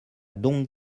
donc